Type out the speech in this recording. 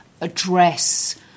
address